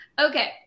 Okay